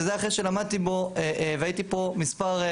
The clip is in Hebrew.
וזה אחרי שלמדתי בו והייתי בו מספר,